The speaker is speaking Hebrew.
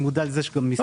משרד